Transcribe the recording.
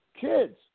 kids